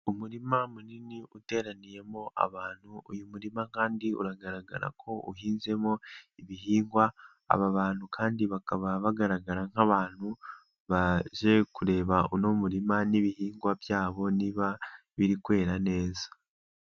Umurima munini uteraniyemo abantu, uyu murima kandi uragaragara ko uhinzemo ibihingwa, aba bantu kandi bakaba bagaragara nk'abantu baje kureba uno murima n'ibihingwa byabo niba biri kwera neza.